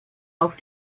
auf